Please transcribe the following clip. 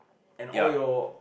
and all your